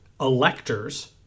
electors